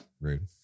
Rude